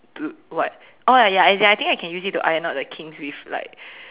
to what oh ya ya as in I think I can use it to iron not the things with like